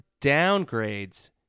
Downgrades